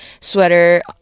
sweater